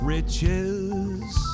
riches